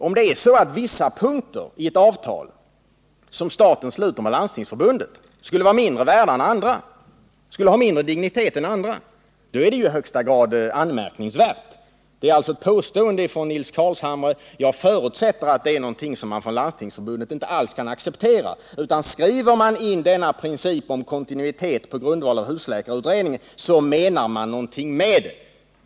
Om det är så att vissa punkter i ett avtal som staten sluter med Landstingsförbundet skulle ha mindre dignitet än andra är det i högsta grad anmärkningsvärt. Det är alltså ett påstående från Nils Carlshamre. Jag förutsätter att det är någonting som man från Landstingsförbundet inte alls kan acceptera. Skriver man in denna princip om kontinuitet på grundval av husläkarutredningen så menar man någonting med det.